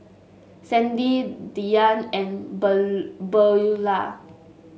Sandy Dyan and Ben Beulah